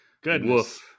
Goodness